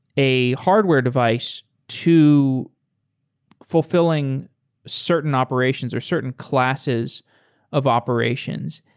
a hardware device to fulfilling certain operations or certain classes of operations.